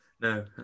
No